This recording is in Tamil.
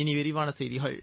இனி விரிவான செய்திகள்